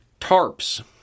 Tarps